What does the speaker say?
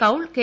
Kaul K